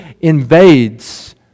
invades